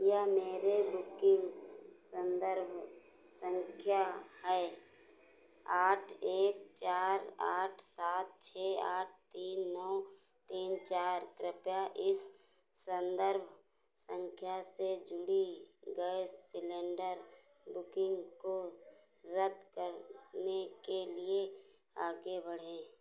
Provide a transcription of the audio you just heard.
यह मेरे बुकिन्ग सन्दर्भ सँख्या है आठ एक चार आठ सात छह आठ तीन नौ तीन चार कृपया इस सन्दर्भ सँख्या से जुड़ी गैस सिलेण्डर बुकिन्ग को रद्द करने के लिए आगे बढ़ें